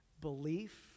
belief